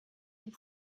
dem